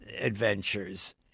adventures